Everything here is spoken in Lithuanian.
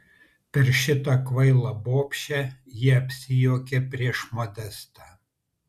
per šitą kvailą bobšę ji apsijuokė prieš modestą